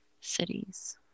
cities